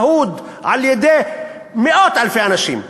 אהוד על-ידי מאות אלפי אנשים,